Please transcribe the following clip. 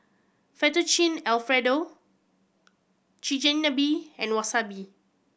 Fettuccine Alfredo Chigenabe and Wasabi